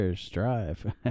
strive